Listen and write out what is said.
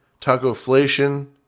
tacoflation